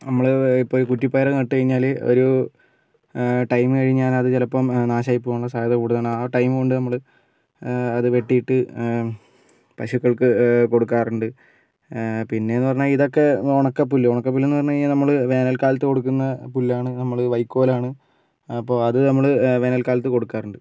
നമ്മൾ ഇപ്പം കുറ്റി പയർ നട്ടുകഴിഞ്ഞാൽ ഒരു ടൈം കഴിഞ്ഞാൽ അത് ചിലപ്പം നാശമായി പോകാനുള്ള സാധ്യത കൂടുതലാണ് ആ ടൈം കൊണ്ട് നമ്മൾ അത് വെട്ടിയിട്ട് പശുക്കൾക്ക് കൊടുക്കാറുണ്ട് പിന്നെ എന്ന് പറഞ്ഞാൽ ഇതൊക്കെ ഉണക്കപ്പുല്ല് ഉണക്കപുല്ലെന്ന് പറഞ്ഞുകഴിഞ്ഞാൽ നമ്മൾ വേനൽക്കാലത്ത് കൊടുക്കുന്ന പുല്ലാണ് നമ്മൾ വൈക്കോലാണ് അപ്പോൾ അത് നമ്മൾ വേനൽക്കാലത്ത് കൊടുക്കാറുണ്ട്